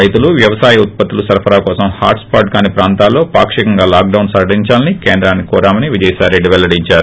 రైతులు వ్యవసాయ ఉత్పత్తుల సరఫరా కోసం హాట్స్పాట్ కాని ప్రాంతాల్లో పాక్షికంగా లాక్డౌన్ సడలిందాలని కేంద్రాన్ని కోరామని విజయసాయి రెడ్డి పెల్లడించారు